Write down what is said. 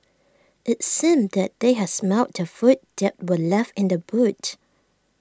IT seemed that they had smelt the food that were left in the boot